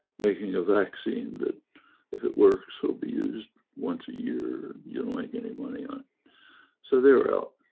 making a vaccine that if it works will be used once a year, you don't make any money um so they're out.